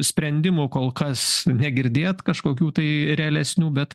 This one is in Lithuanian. sprendimų kol kas negirdėt kažkokių tai realesnių bet